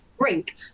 drink